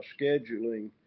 scheduling